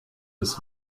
des